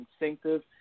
instinctive